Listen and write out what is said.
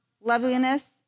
loveliness